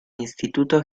instituto